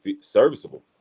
serviceable